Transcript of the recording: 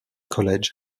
college